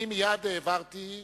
אני מייד העברתי,